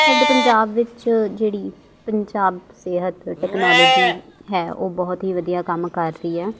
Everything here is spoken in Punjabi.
ਸਾਡੇ ਪੰਜਾਬ ਵਿੱਚ ਜਿਹੜੀ ਪੰਜਾਬ ਸਿਹਤ ਟੈਕਨੋਲਜੀ ਹੈ ਉਹ ਬਹੁਤ ਹੀ ਵਧੀਆ ਕੰਮ ਕਰ ਰਹੀ ਆ